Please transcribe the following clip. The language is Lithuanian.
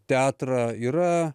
teatrą yra